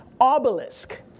obelisk